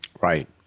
right